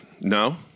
no